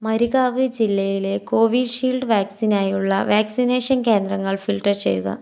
മരിഗാവ് ജില്ലയിലെ കോവിഷീൽഡ് വാക്സിനായുള്ള വാക്സിനേഷൻ കേന്ദ്രങ്ങൾ ഫിൽട്ടർ ചെയ്യുക